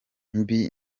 mbi